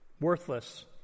Worthless